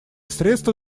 средство